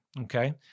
Okay